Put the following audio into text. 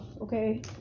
Okay